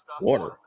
Water